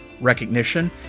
recognition